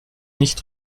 nicht